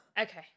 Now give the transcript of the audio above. Okay